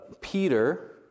Peter